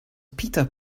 peter